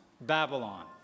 Babylon